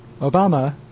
Obama